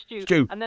Stew